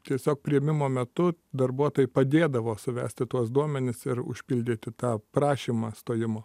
tiesiog priėmimo metu darbuotojai padėdavo suvesti tuos duomenis ir užpildyti tą prašymą stojimo